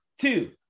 two